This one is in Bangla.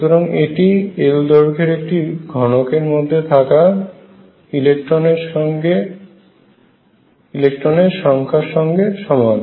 সুতরাং এটি L দৈর্ঘ্যের একটি ঘনকের মধ্যে থাকা ইলেকট্রনের সংখ্যার সঙ্গে সমান